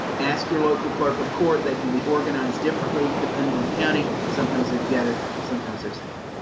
ask your local clerk of court. they can be organized differently, depending on the county. sometimes they're together, sometimes they're separate.